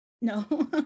No